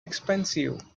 expensive